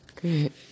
Good